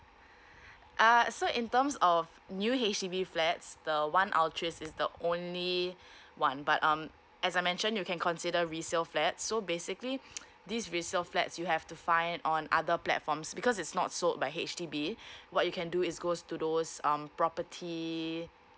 err so in terms of new H_D_B flats the one is the only one but um as I mention you can consider resale flat so basically this resale flats you have to find on other platforms because it's not sold by H_D_B what you can do is goes to those um property